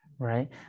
Right